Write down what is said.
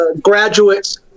graduates